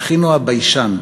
אחינו הביישן,